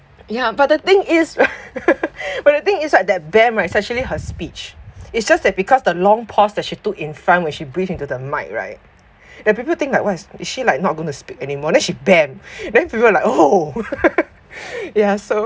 ya but the thing is but the thing is right that right is actually her speech it's just that because the long paused that she took in front when she breathed into the mic right that people think that why she like not going to speak anymore then she then people like oh ya so